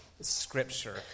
Scripture